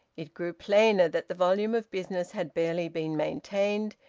it grew plainer that the volume of business had barely been maintained,